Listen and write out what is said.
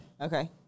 Okay